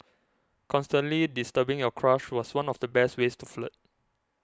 constantly disturbing your crush was one of the best ways to flirt